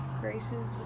grace's